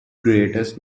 greatest